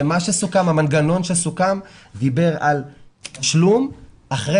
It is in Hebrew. המנגנון שסוכם דיבר על תשלום אחרי